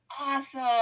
awesome